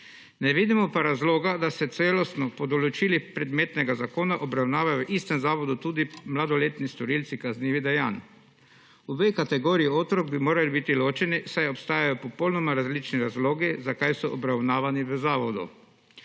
Ne vidimo pa razloga, da se celostno po določilih predmetnega zakona obravnavajo v istem zavodu tudi mladoletni storilci kaznivih dejanj. Obe kategoriji otrok bi morali biti ločeni, saj obstajajo popolnoma različni razlogi, zakaj so obravnavani v zavodu.